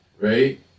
Right